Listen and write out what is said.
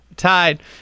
tied